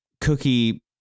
cookie